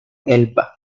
elba